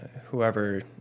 whoever